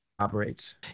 Operates